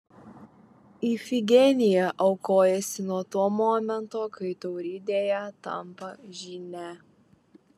ifigenija aukojasi nuo to momento kai tauridėje tampa žyne